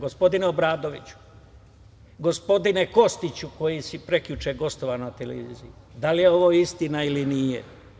Gospodine Obradoviću, gospodine Kostiću koji si prekjuče gostovao na televiziji, da li je ovo istina ili nije?